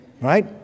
Right